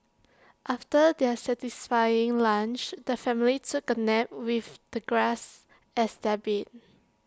after their satisfying lunch the family took A nap with the grass as their bed